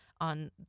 on